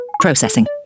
Processing